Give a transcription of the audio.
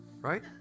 Right